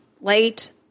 late